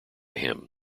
him